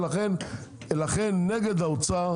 ולכן נגד האוצר,